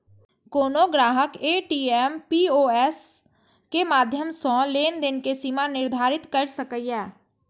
कोनो ग्राहक ATM, POS के माध्यम सं लेनदेन के सीमा निर्धारित कैर सकैए